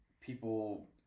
people